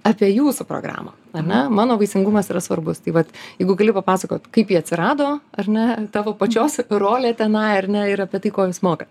apie jūsų programą ar ne mano vaisingumas yra svarbus tai vat jeigu gali papasakot kaip ji atsirado ar ne tavo pačios rolė tenai ar ne ir apie tai ko jūs mokat